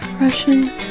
Russian